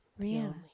Rihanna